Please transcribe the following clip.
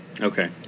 Okay